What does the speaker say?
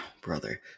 brother